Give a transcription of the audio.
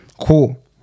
cool